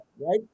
right